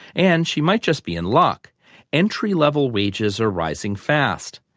and she might just be in luck entry-level wages are rising fast.